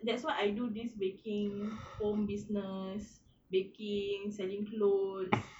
that's what I do this baking home business baking selling clothes